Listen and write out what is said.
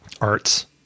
arts